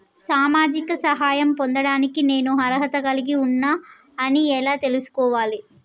సామాజిక సహాయం పొందడానికి నేను అర్హత కలిగి ఉన్న అని ఎలా తెలుసుకోవాలి?